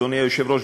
אדוני היושב-ראש,